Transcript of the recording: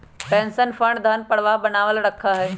pension fund धन प्रवाह बनावल रखा हई